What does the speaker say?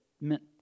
meant